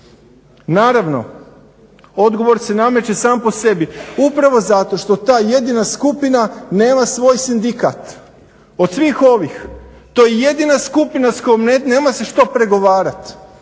Naravno, odgovor se nameće sam po sebi, upravo zato što ta jedina skupina nema svoj sindikat. Od svih ovih to je jedina skupina s kojom nema se što pregovarat,